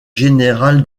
général